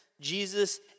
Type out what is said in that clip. Jesus